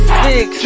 six